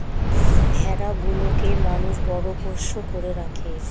ভেড়া গুলোকে মানুষ বড় পোষ্য করে রাখে